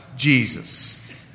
Jesus